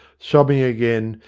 sobbing again,